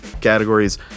categories